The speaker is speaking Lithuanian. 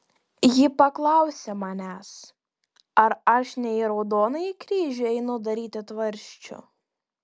ji paklausė manęs ar aš ne į raudonąjį kryžių einu daryti tvarsčių